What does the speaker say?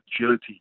agility